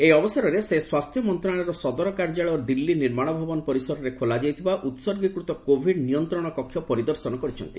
ଏହି ଅବସରରେ ସେ ସ୍ୱାସ୍ଥ୍ୟ ମନ୍ତ୍ରଣାଳୟର ସଦର କାର୍ଯ୍ୟାଳୟ ଦିଲ୍ଲୀ ନିର୍ମାଣ ଭବନ ପରିସରରେ ଖୋଲାଯାଇଥିବା ଉସର୍ଗୀକୃତ କୋଭିଡ୍ ନିୟନ୍ତ୍ରଣ କକ୍ଷ ପରିଦର୍ଶନ କରିଛନ୍ତି